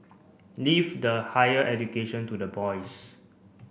leave the higher education to the boys